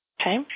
Okay